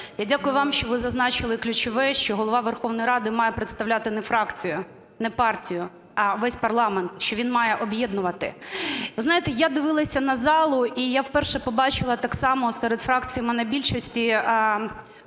Я дякую вам, що ви зазначили ключове, що Голова Верховної Ради має представляти не фракцію, не партію, а весь парламент, що він має об'єднувати. Ви знаєте, я дивилася на залу, і я вперше побачила так само серед фракції монобільшості